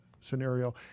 scenario